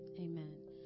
Amen